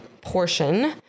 portion